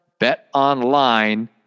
BetOnline